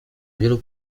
wielu